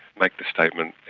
like the statement,